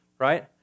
right